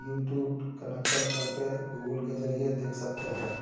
YouTube connection करके Google के जरिए देख सकते हैं